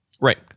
Right